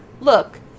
look